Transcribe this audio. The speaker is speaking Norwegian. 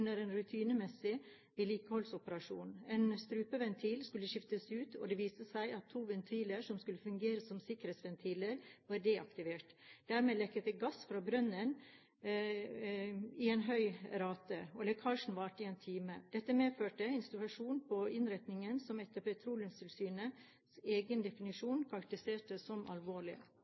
en rutinemessig vedlikeholdsoperasjon. En strupeventil skulle skiftes ut, og det viste seg at to ventiler som skulle fungere som sikkerhetsventiler, var deaktivert. Dermed lekket det gass fra brønnen i en høy rate, og lekkasjen varte i en time. Dette medførte en situasjon på innretningen som, etter Petroleumstilsynets egen definisjon, karakteriseres som